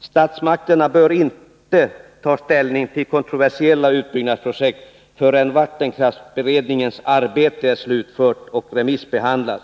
Statsmakterna bör inte ta ställning till kontroversiella utbyggnadsprojekt förrän vattenkraftsberedningens arbete är slutfört och remissbehandlat.